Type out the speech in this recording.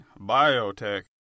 biotech